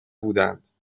بودند